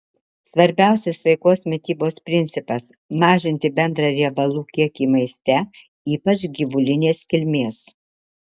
svarbiausias sveikos mitybos principas mažinti bendrą riebalų kiekį maiste ypač gyvulinės kilmės